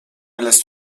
lässt